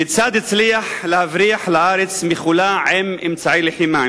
כיצד הצליח להבריח לארץ מכולה עם אמצעי לחימה,